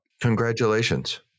Congratulations